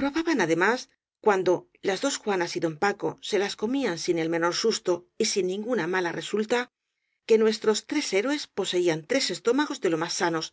probaban además cuando las dos juanas y don paco se las comían sin el menor susto y sin ninguna mala resulta que nuestros tres héroes po seían tres estómagos de los más sanos